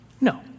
No